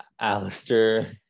Alistair